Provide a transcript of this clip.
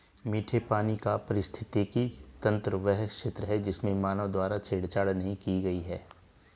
मीठे पानी का पारिस्थितिकी तंत्र वह क्षेत्र है जिसमें मानव द्वारा छेड़छाड़ नहीं की गई है